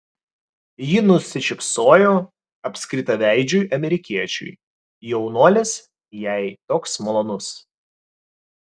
ji nusišypsojo apskritaveidžiui amerikiečiui jaunuolis jai toks malonus